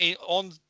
on